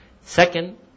Second